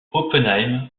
oppenheim